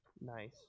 Nice